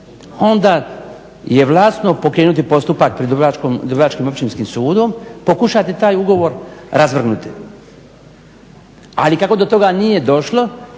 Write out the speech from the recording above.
onda je vlasno pokrenuti postupak pred Dubrovačkim općinskim sudom, pokušati taj ugovor razvrgnuti. Ali kako do toga nije došlo